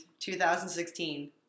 2016